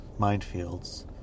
minefields